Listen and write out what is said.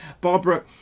barbara